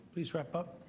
please wrap up.